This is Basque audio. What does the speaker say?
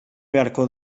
beharko